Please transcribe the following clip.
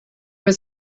was